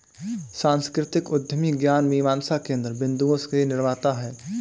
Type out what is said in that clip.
सांस्कृतिक उद्यमी ज्ञान मीमांसा केन्द्र बिन्दुओं के निर्माता हैं